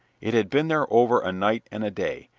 it had been there over a night and a day,